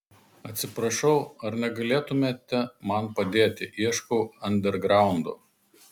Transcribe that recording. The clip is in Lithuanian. atsiprašau ar negalėtumėte man padėti ieškau andergraundo